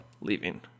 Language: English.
leaving